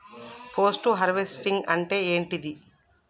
Post harvesting అంటే ఏంటిది?